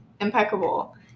impeccable